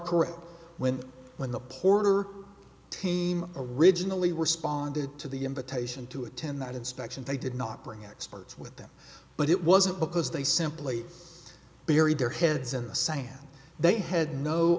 correct when when the porter team originally responded to the invitation to attend that inspection they did not bring experts with them but it wasn't because they simply beery their heads in the sand they had no